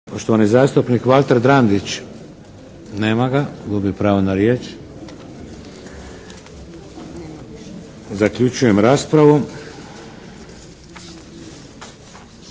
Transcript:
Poštovani zastupnik Valter Drandić. Nema ga. Gubi pravo na riječ. Zaključna riječ.